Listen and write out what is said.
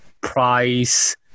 price